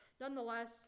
nonetheless